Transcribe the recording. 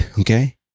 Okay